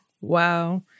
Wow